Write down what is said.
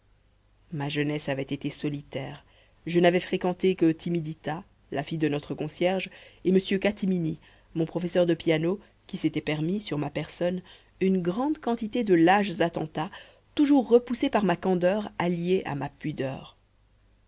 ma jeunesse avait été solitaire je n'avais fréquenté que timidita la fille de notre concierge et m catimini mon professeur de piano qui s'était permis sur ma personne une grande quantité de lâches attentats toujours repoussés par ma candeur alliée à ma pudeur